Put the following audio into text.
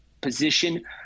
position